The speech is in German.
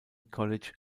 college